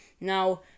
Now